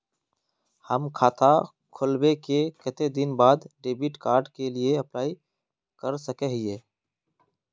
हम खाता खोलबे के कते दिन बाद डेबिड कार्ड के लिए अप्लाई कर सके हिये?